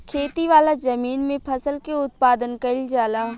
खेती वाला जमीन में फसल के उत्पादन कईल जाला